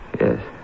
Yes